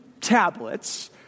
tablets